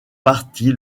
partie